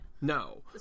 No